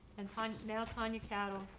and time now tanya cattell.